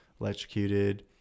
electrocuted